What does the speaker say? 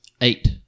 Eight